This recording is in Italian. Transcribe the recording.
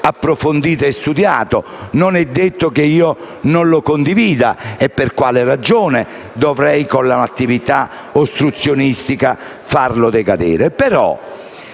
approfondito e studiato; non è detto che io non lo condivida, quindi per quale ragione dovrei con un'attività ostruzionistica farlo decadere?